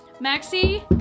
Maxie